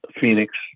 Phoenix